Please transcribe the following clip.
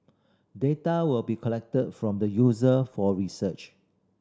data will be collected from the user for research